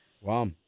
Wow